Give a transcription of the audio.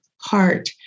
heart